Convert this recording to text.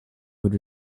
would